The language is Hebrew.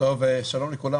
שלום לכולם.